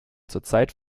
zurzeit